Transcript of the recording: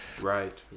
Right